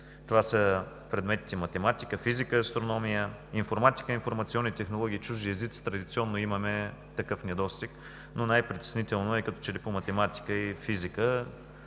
Това са предметите математика, физика, астрономия, информатика и информационни технологии, чужди езици – традиционно имаме такъв недостиг, но най-притеснително е като че ли по математика и физика.